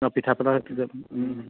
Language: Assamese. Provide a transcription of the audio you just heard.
ন পিঠা